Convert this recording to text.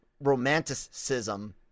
romanticism